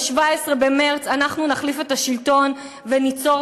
ב-17 במרס אנחנו נחליף את השלטון וניצור